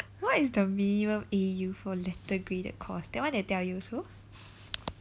what is the minimum A_U for letter graded course that one they tell you also